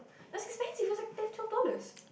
it was expensive it was like ten twelve dollars